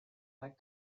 like